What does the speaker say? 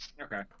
Okay